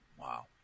Wow